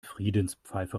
friedenspfeife